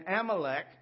Amalek